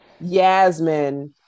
Yasmin